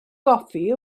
goffi